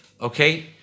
okay